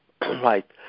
Right